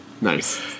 Nice